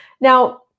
now